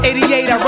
88